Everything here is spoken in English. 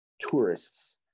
tourists